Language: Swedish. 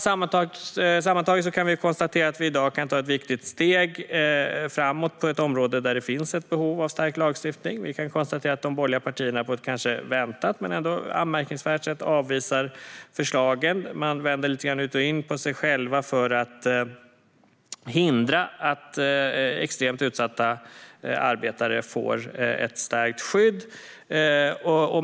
Sammantaget kan vi konstatera att vi i dag kan ta ett viktigt steg framåt på ett område där det finns ett behov av stark lagstiftning. Vi kan konstatera att de borgerliga partierna på ett kanske väntat men ändå anmärkningsvärt sätt avvisar förslagen. De vänder lite ut och in på sig själva för att hindra att extremt utsatta arbetare får ett stärkt skydd.